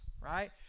right